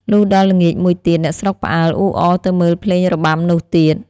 លុះដល់ល្ងាចមួយទៀត អ្នកស្រុកផ្អើល អ៊ូអរទៅមើលភ្លេងរបាំនោះទៀត